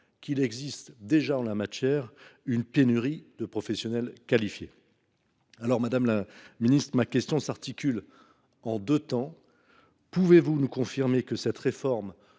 qu’il existe déjà une pénurie de professionnels qualifiés dans ce secteur. Madame la ministre, ma question s’articule en deux temps. Pouvez vous nous confirmer que cette réforme